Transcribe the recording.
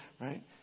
right